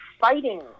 fighting